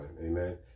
Amen